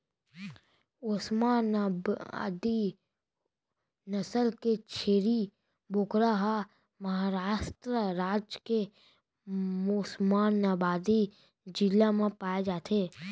ओस्मानाबादी नसल के छेरी बोकरा ह महारास्ट राज के ओस्मानाबादी जिला म पाए जाथे